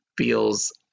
feels